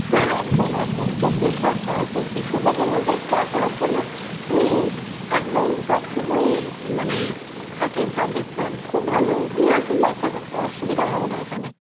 হ্যাঁ একদম একদম চব্বিশ ঘন্টা আছে শিশুদের জন্য টেক কেয়ার করার জন্য উনি একদম সবসময়ই মানে থাকেন সার্ভিস দেন খুব ভালো নিয়ে আসুন বাচ্চাদেরকে অসুবিধা হবে না এখানে